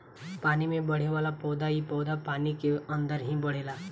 पानी में बढ़ेवाला पौधा इ पौधा पानी के अंदर ही बढ़ेला